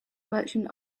merchant